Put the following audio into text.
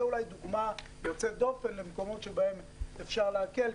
זו אולי דוגמה יוצאת דופן למקומות שבהם אפשר להקל,